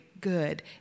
good